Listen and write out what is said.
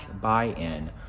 buy-in